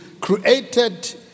created